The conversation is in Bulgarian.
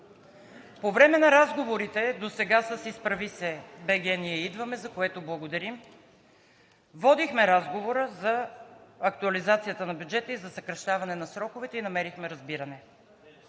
По време на разговорите досега с „Изправи се БГ! Ние идваме!“, за което благодарим, водихме разговор за актуализацията на бюджета и за съкращаване на сроковете и намерихме разбиране.